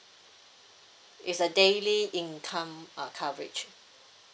it's a daily income uh coverage